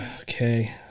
Okay